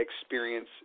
experience